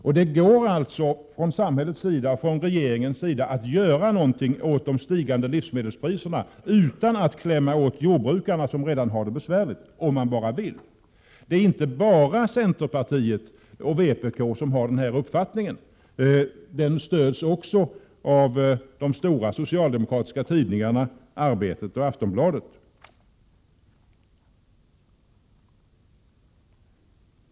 Från samhällets och regeringens sida finns det möjlighet, om man bara vill, att göra något åt de stigande livsmedelspriserna utan att klämma åt jordbrukarna, som redan har det besvärligt. Det är inte bara centerpartiet och vpk som har den uppfattningen, utan den stöds också av de stora socialdemokratiska tidningarna Arbetet och Aftonbladet.